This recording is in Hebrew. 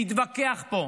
להתווכח פה.